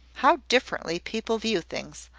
how differently people view things!